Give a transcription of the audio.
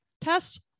Tess